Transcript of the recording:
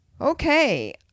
Okay